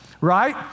right